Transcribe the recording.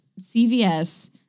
CVS